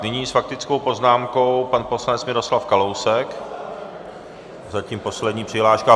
Nyní s faktickou poznámkou pan poslanec Miroslav Kalousek, zatím poslední přihláška.